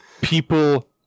people